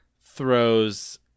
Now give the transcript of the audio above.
throws